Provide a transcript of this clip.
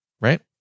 right